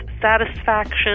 satisfaction